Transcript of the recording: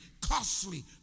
costly